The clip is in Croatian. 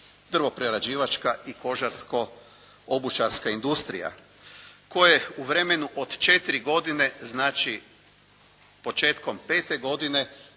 drvoprerađivačka i kožarsko-obućarska industrija koje u vremenu od 4 godine znači početkom 5. godine